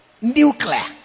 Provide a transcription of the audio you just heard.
Nuclear